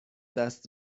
دست